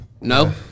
No